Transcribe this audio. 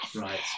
Right